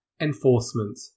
enforcement